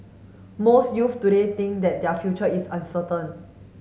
most youth today think that their future is uncertain